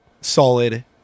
solid